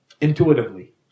intuitively